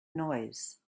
noise